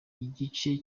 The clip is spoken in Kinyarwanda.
igice